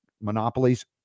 monopolies